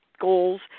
goals